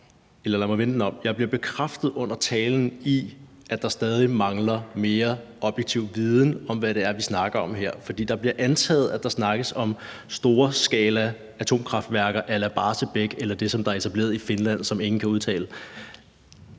Jeg blev under talen bekræftet i, at der stadig mangler mere objektiv viden om, hvad det er, vi snakker om her. For der bliver antaget, at der snakkes om storskalaatomkraftværker a la Barsebäck eller det, som er etableret i Finland, men som ingen kan udtale.